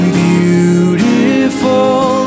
beautiful